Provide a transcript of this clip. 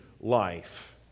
life